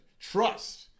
Trust